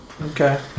Okay